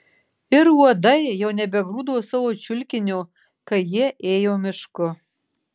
ir uodai jau nebegrūdo savo čiulkinio kai jie ėjo mišku